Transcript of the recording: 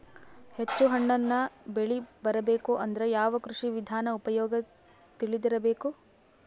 ಹೆಚ್ಚು ಹಣ್ಣನ್ನ ಬೆಳಿ ಬರಬೇಕು ಅಂದ್ರ ಯಾವ ಕೃಷಿ ವಿಧಾನ ಉಪಯೋಗ ತಿಳಿದಿರಬೇಕು?